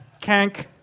Kank